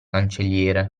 cancelliere